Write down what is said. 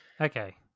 Okay